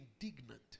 indignant